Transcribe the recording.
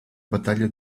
battaglia